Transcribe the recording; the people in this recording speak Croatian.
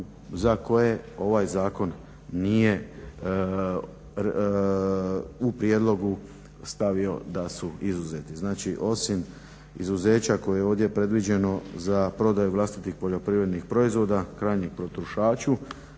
za koje ovaj zakon nije u prijedlogu stavio da su izuzeti. Znači osim izuzeća koje je ovdje predviđeno za prodaju vlastitih poljoprivrednih proizvoda krajnjem potrošaču